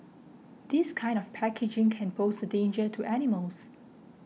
this kind of packaging can pose a danger to animals